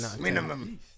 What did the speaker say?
minimum